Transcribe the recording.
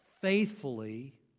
Faithfully